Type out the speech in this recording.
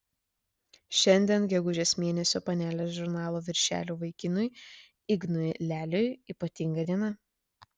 šiandien gegužės mėnesio panelės žurnalo viršelio vaikinui ignui leliui ypatinga diena